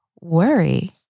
Worry